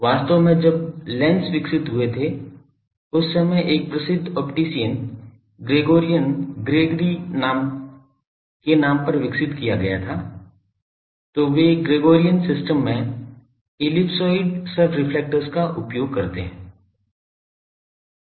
वास्तव में जब लेंस विकसित हुए थे उस समय एक प्रसिद्ध ऑप्टिशियन ग्रेगोरियन ग्रेगरी के नाम पर विकसित किया गया था तो वे ग्रेगोरियन सिस्टम में इलिप्सॉइड सब रेफ्लेक्टर्स का उपयोग करते हैं